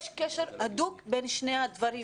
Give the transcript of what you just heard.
יש קשר הדוק בין שני הדברים